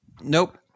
Nope